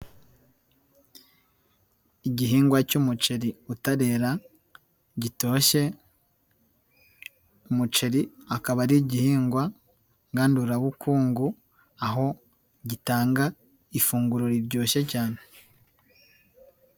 igihingwa cy'umuceri utare gitoshye, umuceri akaba ari igihingwa ngandurabukungu, aho gitanga ifunguro riryoshye cyane.